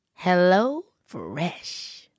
HelloFresh